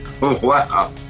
Wow